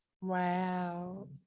Wow